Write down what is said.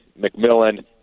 McMillan